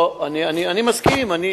אני רוצה שתהיה שותף למלחמה.